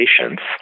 patients